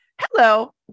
Hello